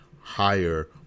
higher